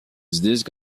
disque